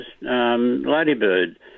ladybird